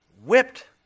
Whipped